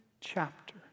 chapter